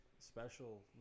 Special